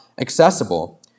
accessible